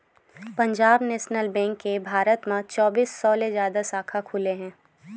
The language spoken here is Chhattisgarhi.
पंजाब नेसनल बेंक के भारत म चौबींस सौ ले जादा साखा खुले हे